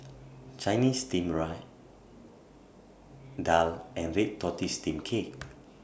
Chinese Steamed Daal and Red Tortoise Steamed Cake